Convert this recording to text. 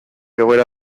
egoera